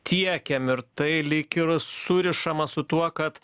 tiekiam ir tai lyg ir surišama su tuo kad